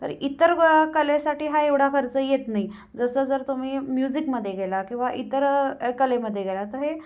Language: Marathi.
तर इतर कलेसाठी हा एवढा खर्च येत नाही जसं जर तुम्ही म्युझिकमध्ये गेला किंवा इतर कलेमध्ये गेला तर हे